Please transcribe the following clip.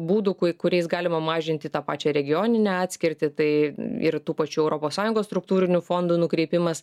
būdų ku kuriais galima mažinti tą pačią regioninę atskirtį tai ir tų pačių europos sąjungos struktūrinių fondų nukreipimas